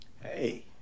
Hey